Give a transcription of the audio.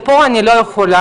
לפה אני לא יכולה,